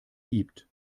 gibt